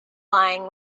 lying